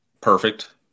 Perfect